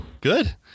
Good